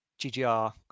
GGR